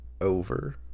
over